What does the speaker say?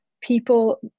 people